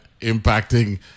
impacting